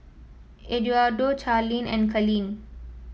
Eduardo Charleen and Kalene